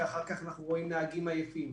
כשאחר כך אנחנו רואים נהגים עייפים.